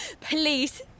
Please